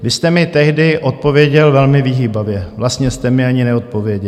Vy jste mi tehdy odpověděl velmi vyhýbavě, vlastně jste mi ani neodpověděl.